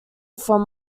from